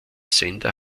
sender